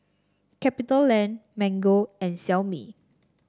Capitaland Mango and Xiaomi